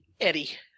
Eddie